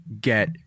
get